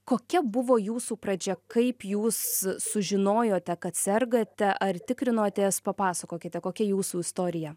kokia buvo jūsų pradžia kaip jūs sužinojote kad sergate ar tikrinotės papasakokite kokia jūsų istorija